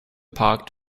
parked